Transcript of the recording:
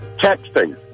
Texting